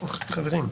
חברים,